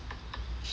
Shin is good